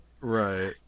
Right